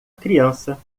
criança